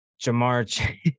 Jamar